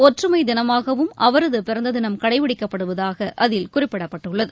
ஒற்றுமை தினமாகவும் அவரது பிறந்ததினம் கடைப்பிடிக்கப்படுவதாக அதில் குறிப்பிடப்பட்டுள்ளது